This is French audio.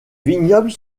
vignobles